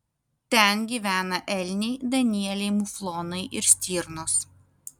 ten gyvena elniai danieliai muflonai ir stirnos